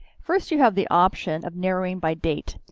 first, you have the option of narrowing by date.